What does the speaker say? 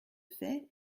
fait